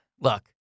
look